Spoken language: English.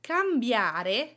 Cambiare